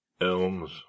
Elms